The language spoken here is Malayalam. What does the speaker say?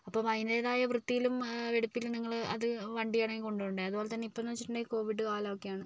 അപ്പോൾ അതിൻ്റേതായ വൃത്തിയിലും വെടിപ്പിലും നിങ്ങൾ അത് വണ്ടി ആണെങ്കിൽ കൊണ്ടുപോകണ്ടേ അതുപോലെ തന്നെ ഇപ്പോഴെന്ന് വെച്ചിട്ടുണ്ടെങ്കിൽ കോവിഡ് കാലമൊക്കെയാണ്